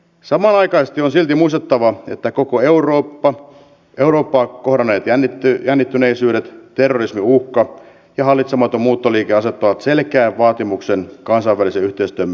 samanaikaisesti on silti muistettava että koko eurooppaa kohdanneet jännittyneisyydet terrorismin uhka ja hallitsematon muuttoliike asettavat selkeän vaatimuksen kansainvälisen yhteistyömme syventämiseen